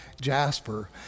Jasper